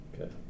Okay